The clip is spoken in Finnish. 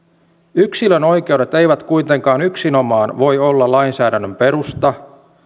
yksilön oikeudet eivät kuitenkaan yksinomaan voi olla lainsäädännön perusta